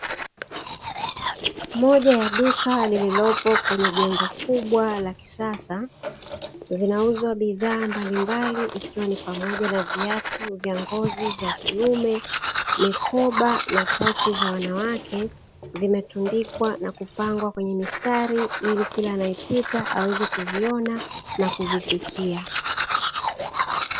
Moja ya duka lililopo kwenye jengo kubwa la kisasa, zinauzwa bidhaa mbalimbali ikiwa ni pamoja na: viatu vya ngozi vya kiume, mikoba na pochi za wanawake zimetundikwa na kupangwa kwenye mistari ili kila anayepita aweze kuviona na kuvifikia.